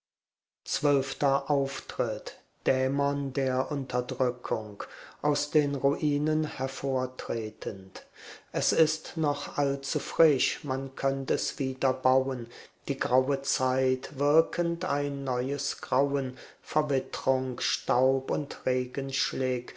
zwölfter auftritt dämon der unterdrückung aus den ruinen hervortretend es ist noch allzu frisch man könnt es wieder bauen die graue zeit wirkend ein neues grauen verwittrung staub und regenschlick